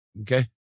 okay